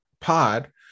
pod